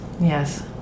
yes